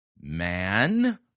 man